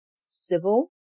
civil